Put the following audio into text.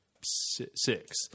six